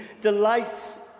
delights